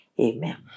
Amen